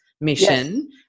mission